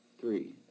three